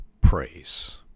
praise